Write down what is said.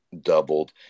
doubled